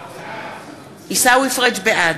בעד